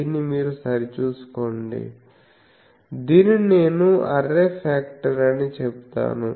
దీన్ని మీరు సరిచూసుకోండి దీనిని నేను అర్రే ఫ్యాక్టర్ అని చెబుతాను